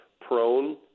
prone